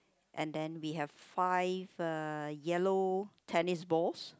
and then we have five uh yellow tennis balls